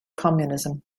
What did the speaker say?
communism